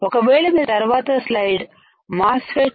ఒకవేళ మీరు తర్వాత స్లైడ్స్లై మాస్ ఫెట్